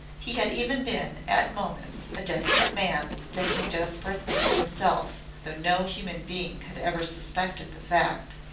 he had even been at moments a desperate man thinking desperate things himself, though no human being had ever suspected the fact.